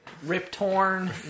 Rip-torn